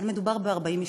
אבל מדובר ב-40 משפחות,